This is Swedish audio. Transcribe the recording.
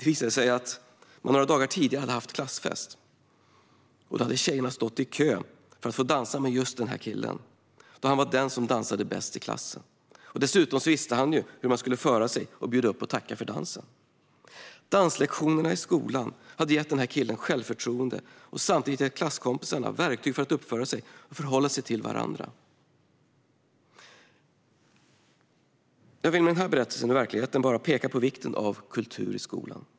Det visade sig att de några dagar tidigare hade haft klassfest. Då hade tjejerna stått i kö för att få dansa med just den killen, då han var den som dansade bäst i klassen. Dessutom visste han hur man skulle föra sig och bjuda upp och tacka för dansen. Danslektionerna i skolan hade gett denna kille självförtroende och samtidigt gett klasskompisarna verktyg för att uppföra sig och förhålla sig till varandra. Jag vill med denna berättelse ur verkligheten peka på vikten av kultur i skolan.